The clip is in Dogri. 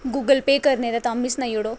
गूगल पेऽ करने ते तां बी सनाई ओड़ो